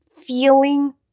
feeling